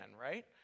right